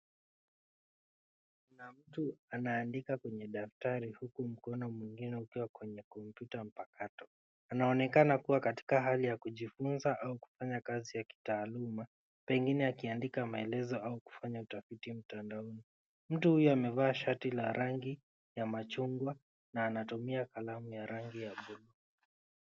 Kuna mtu anaandika kwenye daftari huku mkono mwingine ukiwa kwenye kompyuta mpakato. Anaonekana kuwa katika hali ya kujifunza au kufanya kazi ya kitaaluma pengine akiandika maelezo au kufanya utafiti mtandaoni. Mtu huyu amevaa shati la rangi ya machungwa na anatumia kalamu ya rangi ya bluu.